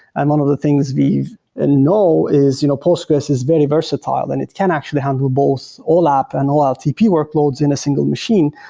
and one of the things we ah know is you know postgres is very versatile and it can actually handle both olap and oltp workloads in a single machine.